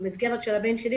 במסגרת של הבן שלי,